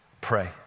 Pray